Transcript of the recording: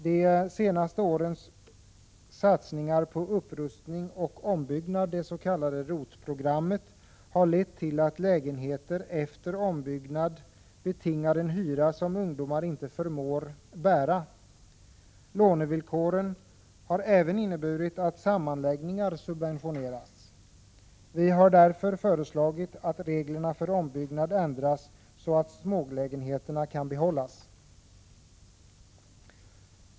De senaste årens satsning på upprustning och ombyggnad — det s.k. ROT-programmet — har lett till att lägenheter efter ombyggnad betingar en hyra som ungdomar inte förmår bära. Lånevillkoren har även inneburit att sammanläggningar subventionerats. Vi har därför föreslagit att reglerna för ombyggnad ändras så att smålägenheterna kan behållas.